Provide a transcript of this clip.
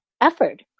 effort